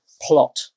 plot